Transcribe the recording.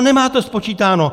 Nemáte to spočítáno!